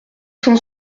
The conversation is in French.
cent